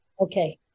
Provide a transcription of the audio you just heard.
okay